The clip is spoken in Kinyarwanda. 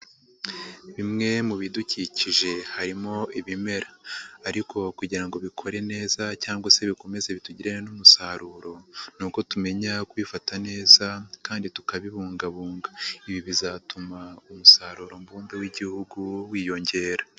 Bimwe mu bidukikije harimo ibimera ariko kugira ngo bikore neza cyangwa se bikomeze bitugirire umusaruro, ni uko tumenya kubifata neza kandi tukabibungabunga. Ibi bizatuma umusaruro mbumbe w'igihugu wiyongera.